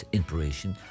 Inspiration